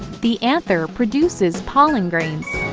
the anther produces pollen grains.